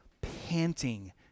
panting